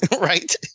Right